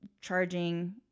charging